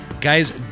guys